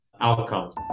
outcomes